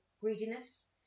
greediness